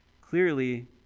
Clearly